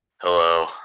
Hello